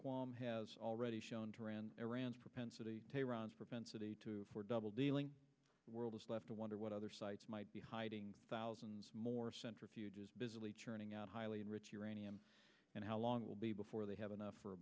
qualm has already shown taran iran's propensity tehran's propensity for double dealing world is left to wonder what other sites might be hiding thousands more centrifuges busily churning out highly enriched uranium and how long will be before they have enough for a